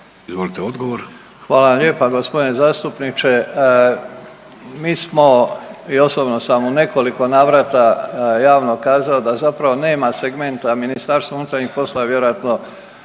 Davor (HDZ)** Hvala vam lijepa. Gospodine zastupniče, mi smo i osobno sam u nekoliko navrata javno kazao da zapravo nema segmenta, MUP je vjerojatno